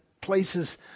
places